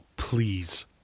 Please